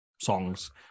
songs